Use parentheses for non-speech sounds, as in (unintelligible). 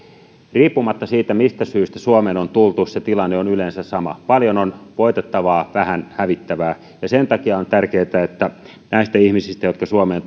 riippumatta siitä mistä syystä suomeen on tultu tilanne on yleensä sama paljon on voitettavaa vähän hävittävää sen takia on tärkeätä että näistä ihmisistä jotka suomeen (unintelligible)